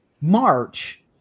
March